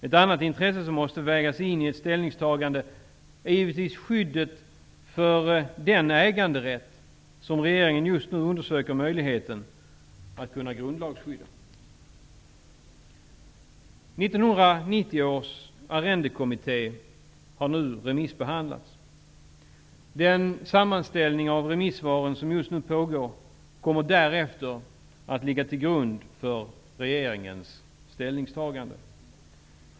Ett annat intresse som måste vägas in i ett ställningstagande är givetvis den äganderätt som regeringen just nu undersöker möjligheten att kunna grundlagskydda. Betänkandena från 1990 års Arrendekommitté har nu remissbehandlats. Just nu görs en sammanställning av remissvaren som kommer att ligga till grund för regeringens ställningstagande.